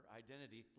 identity